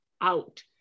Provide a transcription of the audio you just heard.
out